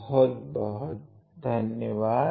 बहुत बहुत धन्यवाद